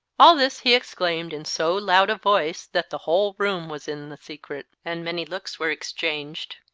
all this he exclaimed in so loud a voice that the whole room was in the secret, and many looks were exchanged.